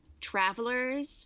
Travelers